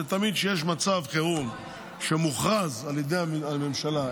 שתמיד כשיש מצב חירום שמוכרז על ידי הממשלה,